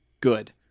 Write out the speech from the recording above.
good